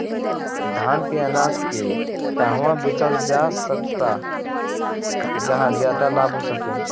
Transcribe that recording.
धान के अनाज के कहवा बेचल जा सकता जहाँ ज्यादा लाभ हो सके?